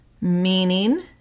meaning